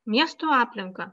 miesto aplinką